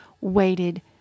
waited